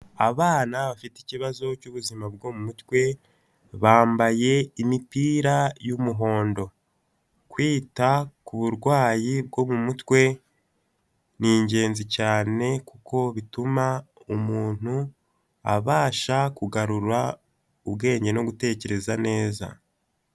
Abana bafite ikibazo cy'ubuzima bwo mu mutwe bambaye imipira y'umuhondo. Kwita ku burwayi bwo mu mutwe ni ingenzi cyane kuko bituma umuntu abasha kugarura ubwenge no gutekereza neza.